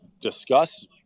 discuss